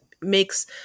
makes